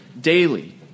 daily